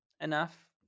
enough